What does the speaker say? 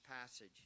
passage